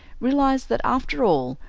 realized that after all,